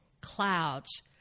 clouds